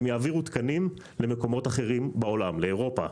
הן יעבירו תקנים למקומות אחרים בעולם לאירופה,